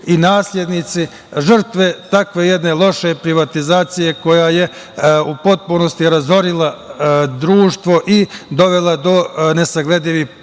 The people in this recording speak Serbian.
i naslednici žrtve takve jedne loše privatizacije, koja je u potpunosti razorila društvo i dovela do nesagledivih